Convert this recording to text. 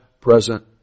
present